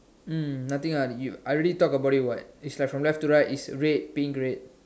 mm nothing ah I already talk about it what it's like from left to right is red pink red